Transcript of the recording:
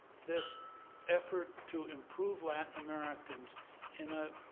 this effort to improve latin americans in a